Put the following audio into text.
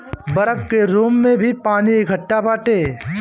बरफ के रूप में भी पानी एकट्ठा बाटे